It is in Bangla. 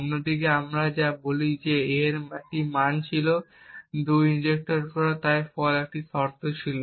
অন্যদিকে আমরা বলি যে a এর মান ছিল 2 ইনজেক্ট করার একটি ফল্ট তাই এটি একটি শর্ত ছিল